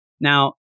Now